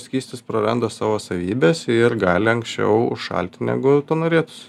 skystis praranda savo savybes ir gali anksčiau užšalti negu to norėtųs